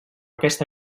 aquesta